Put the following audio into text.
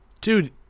Dude